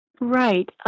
Right